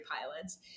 pilots